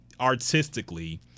artistically